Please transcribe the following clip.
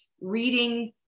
reading